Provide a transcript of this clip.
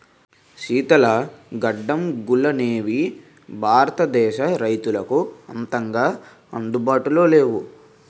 శీతల గడ్డంగులనేవి భారతదేశ రైతులకు అంతగా అందుబాటులో లేవు